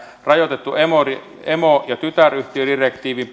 rajoitettua emo ja tytäryhtiödirektiiviin